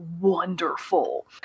wonderful